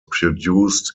produced